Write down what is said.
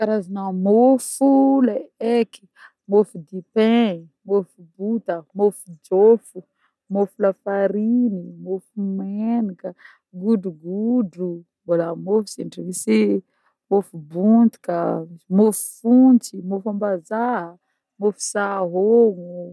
Karazagna môfo le eko: môfo dipegna, môfo bota, môfo jôfo, môfo lafariny, môfo menaka, godrogodro mbola môfo sentriky, misy môfo bontika, misy môfo fontsy, môfo ambazaha-a, môfo sahôgno.